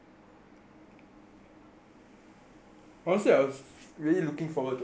honestly I was really looking forward to all the C_C orders ah